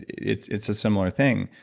it's it's a similar thing.